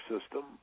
system